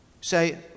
Say